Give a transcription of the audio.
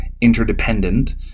interdependent